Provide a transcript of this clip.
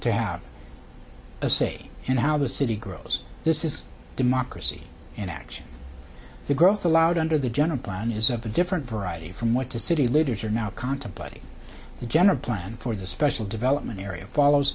to have a say in how the city grows this is democracy in action the growth allowed under the general plan is of the different variety from what to city leaders are now contemplating the general plan for the special development area follows